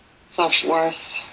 self-worth